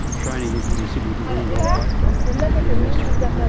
training him for the sydney to wollongong bike ride, for the ms ride.